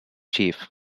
chief